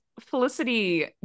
felicity